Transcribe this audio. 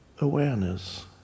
awareness